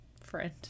friend